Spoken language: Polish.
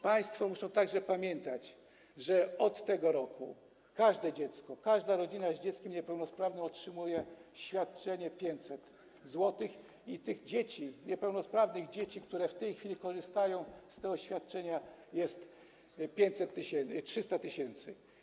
Państwo muszą także pamiętać, że od tego roku każde dziecko, każda rodzina z dzieckiem niepełnosprawnym otrzymuje świadczenie 500 zł i tych dzieci, niepełnosprawnych dzieci, które w tej chwili korzystają z tego świadczenia, jest 500 tys., 300 tys.